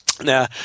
Now